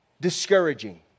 discouraging